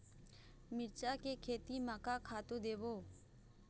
मिरचा के खेती म का खातू देबो?